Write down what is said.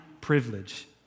privilege